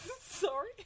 Sorry